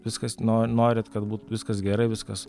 viskas no norit kad būtų viskas gerai viskas